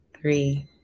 three